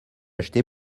acheter